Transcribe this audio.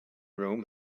room